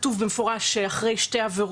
כתוב במפורש שהקנס יהיה רק על שתי עבירות,